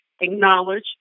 acknowledge